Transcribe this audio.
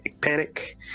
Panic